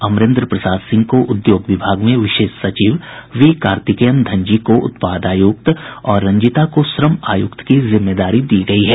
अमरेंद्र प्रसाद सिंह को उद्योग विभाग में विशेष सचिव बी कार्तिकेय धनजी को उत्पाद आयुक्त और रंजीता को श्रम आयुक्त की जिम्मेदारी दी गयी है